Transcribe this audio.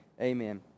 Amen